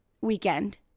weekend